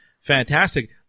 fantastic